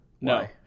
No